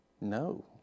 No